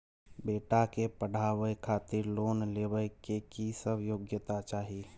बेटा के पढाबै खातिर लोन लेबै के की सब योग्यता चाही?